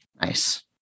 Nice